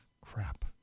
crap